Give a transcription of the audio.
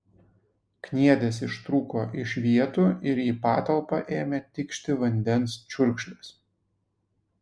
kniedės ištrūko iš vietų ir į patalpą ėmė tikšti vandens čiurkšlės